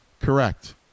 Correct